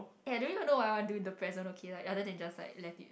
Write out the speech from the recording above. eh I don't even know what I do in the present okay like other than just like let it